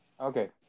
Okay